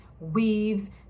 weaves